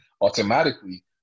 automatically